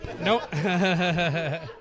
Nope